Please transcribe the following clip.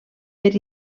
per